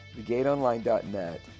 thegateonline.net